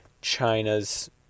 China's